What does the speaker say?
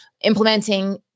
implementing